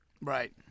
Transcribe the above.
Right